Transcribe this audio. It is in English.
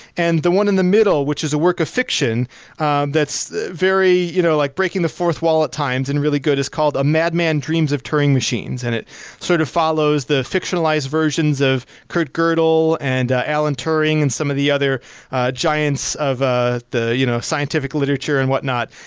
and the one in the middle which is a work of fiction that's very you know like breaking the fourth wall at times and really good is called a madman dreams of turing machines, and it sort of follows the fictionalized versions of kurt godel and the alan turing and some of the other giants of ah the you know scientific literature and whatnot.